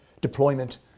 deployment